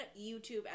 YouTube